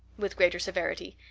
with greater severity,